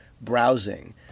browsing